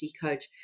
coach